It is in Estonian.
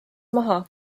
maha